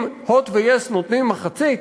אם "הוט" ו-yes נותנים מחצית,